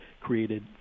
created